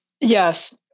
Yes